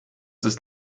ist